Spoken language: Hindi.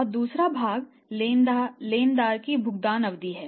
और दूसरा भाग लेनदार की भुगतान अवधि है